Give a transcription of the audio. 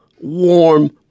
warm